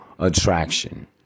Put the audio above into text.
attraction